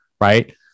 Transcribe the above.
right